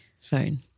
phone